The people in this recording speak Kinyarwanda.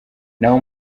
naho